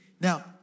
Now